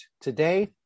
today